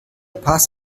pass